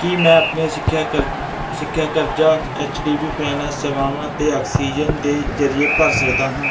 ਕੀ ਮੈਂ ਆਪਣੇ ਸਿੱਖਿਆ ਕਰ ਸਿੱਖਿਆ ਕਰਜ਼ਾ ਐਚ ਡੀ ਬੀ ਫਾਈਨੈਂਸ ਸੇਵਾਵਾਂ ਅਤੇ ਆਕਸੀਜਨ ਦੇ ਜਰੀਏ ਭਰ ਸਕਦਾ ਹਾਂ